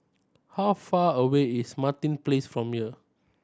how far away is Martin Place from here